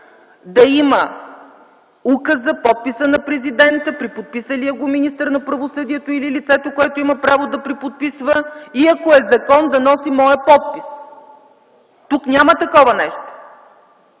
да има указ с подписа на президента, преподписалия го министър на правосъдието или лицето, което има право да преподписва, и ако е закон – да носи моя подпис. Тук няма такова нещо!